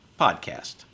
podcast